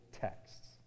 texts